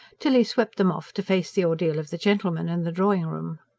tilly swept them off to face the ordeal of the gentlemen and the drawing-room.